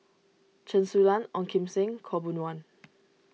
Chen Su Lan Ong Kim Seng Khaw Boon Wan